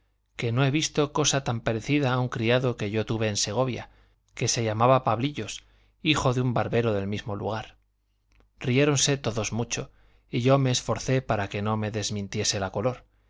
que no he visto cosa tan parecida a un criado que yo tuve en segovia que se llamaba pablillos hijo de un barbero del mismo lugar riéronse todos mucho y yo me esforcé para que no me desmintiese la color